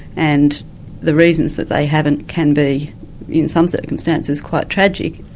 and the reasons that they haven't can be in some circumstances quite tragic.